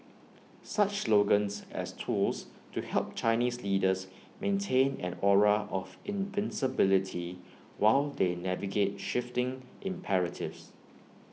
such slogans as tools to help Chinese leaders maintain an aura of invincibility while they navigate shifting imperatives